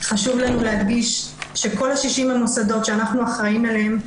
חשוב לנו להדגיש שכל 60 המוסדות שאנחנו אחראים עליהם